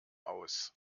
aus